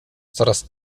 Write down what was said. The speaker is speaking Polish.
coraz